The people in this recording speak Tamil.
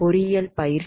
பொறியியல் பயிற்சி